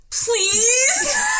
Please